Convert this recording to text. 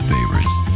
Favorites